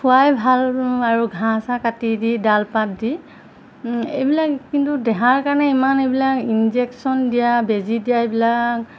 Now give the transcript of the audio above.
খোৱাই ভাল আৰু ঘাঁহ চাহ কাটি দি ডালপাত দি এইবিলাক কিন্তু দেহাৰ কাৰণে ইমান এইবিলাক ইঞ্জেকশ্যন দিয়া বেজি দিয়া এইবিলাক